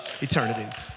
eternity